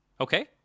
Okay